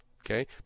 Okay